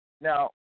Now